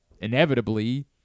inevitably